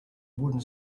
wooden